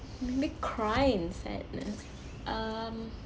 make me cry in sadness um